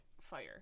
fire